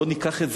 בואו ניקח את זה,